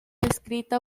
escrita